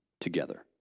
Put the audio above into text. Together